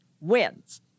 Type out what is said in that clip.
wins